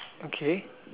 okay